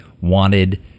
wanted